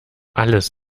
alles